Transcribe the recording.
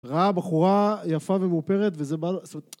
ראה, בחורה, יפה ומאופרת, וזה בעל...